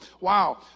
Wow